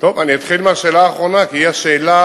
אני אתחיל מהשאלה האחרונה, כי היא השאלה